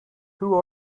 who